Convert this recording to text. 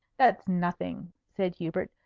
that's nothing, said hubert.